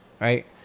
Right